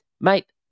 Mate